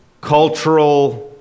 cultural